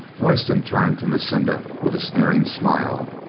royston turned to lucinda with a sneering smile.